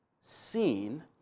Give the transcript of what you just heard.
seen